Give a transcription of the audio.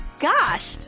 gosh,